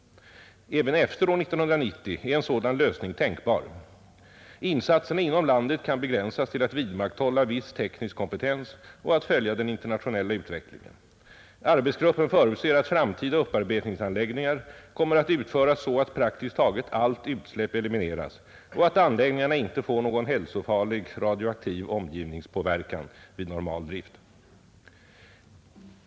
Även efter år 1990 är en sådan lösning tänkbar. Insatserna inom landet kan begränsas till att vidmakthålla viss teknisk kompetens och att följa den internationella utvecklingen. Arbetsgruppen förutser att framtida upparbetningsanläggningar kommer att utföras så att praktiskt taget allt utsläpp elimineras och att anläggningarna inte får någon hälsofarlig radioaktiv omgivningspåverkan vid normal drift.